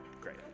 Great